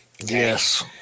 Yes